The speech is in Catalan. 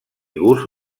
gust